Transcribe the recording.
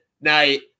night